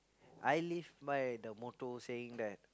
I live by the motto saying that